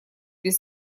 без